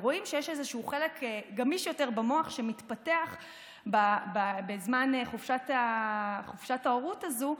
ורואים שיש איזשהו חלק גמיש יותר במוח שמתפתח בזמן חופשת ההורות הזו,